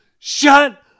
Shut